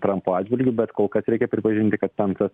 trampo atžvilgiu bet kol kas reikia pripažinti kad spensas